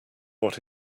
what